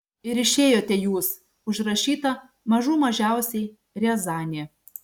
ir išėjote jūs užrašyta mažų mažiausiai riazanė